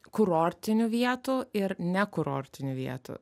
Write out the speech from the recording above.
kurortinių vietų ir ne kurortinių vietų